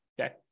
Okay